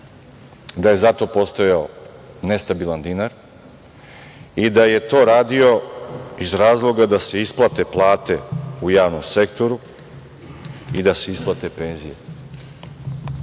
da je zato postojao nestabilan dinar i da je to radio iz razloga da se isplate plate u javnom sektoru i da se isplate penzije,